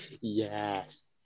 Yes